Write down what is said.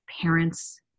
parents